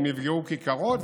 אם נפגעו כיכרות,